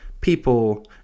People